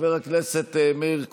חבר הכנסת מאיר כהן,